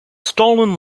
stolen